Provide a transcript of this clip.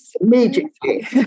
immediately